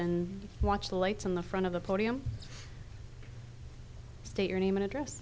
and watch the lights in the front of the podium state your name and address